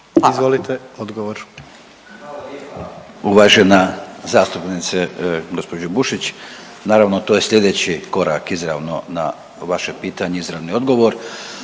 Hvala lijepa uvažena zastupnice gospođo Bušić. Naravno to je slijedeći korak izravno na vaše pitanje, izravni odgovor.